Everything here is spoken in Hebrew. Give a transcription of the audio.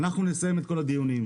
אנחנו נסיים את כל הדיונים.